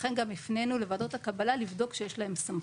לכן גם הפנינו לוועדות הקבלה לבדוק שיש להם מסמכים.